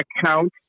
account